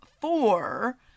four